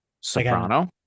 soprano